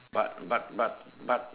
but but but but